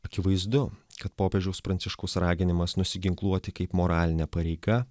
akivaizdu kad popiežiaus pranciškaus raginimas nusiginkluoti kaip moralinė pareiga